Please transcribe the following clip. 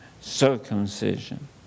circumcision